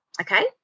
okay